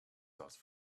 sauce